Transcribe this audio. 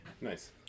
Nice